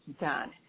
done